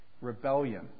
rebellion